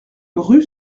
rue